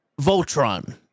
Voltron